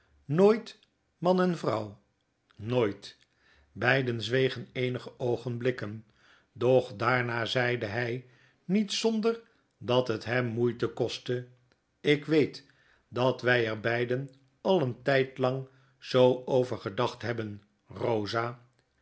nooit man en vrouw nooit beiden zwegen eenige oogenblikken doch daarna zeide hy niet zonder dat het hem moeite kostte ik weet dat wij er beiden al een tijdiang zoo over gedacht hebben bosa